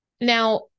now